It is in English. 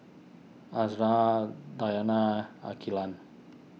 Azura Dayana Aqeelah